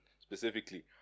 specifically